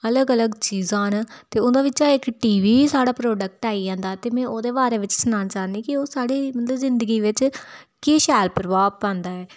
अलग अलग चीजां न ते उंदे बिच्चा इक टीवी साढ़ा प्रोडक्ट आई जंदा ते में ओह्दे बारे बिच्च सनाना चाह्नीं के ओह् साह्ड़े मतलब जिंदगी बिच्च केह् शैल प्रभाव पांदा ऐ